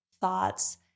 thoughts